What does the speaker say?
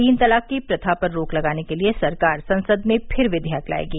तीन तलाक की प्रथा पर रोक लगाने के लिए सरकार संसद में फिर विधेयक लाएगी